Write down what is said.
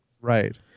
Right